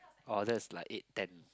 orh that's like eight ten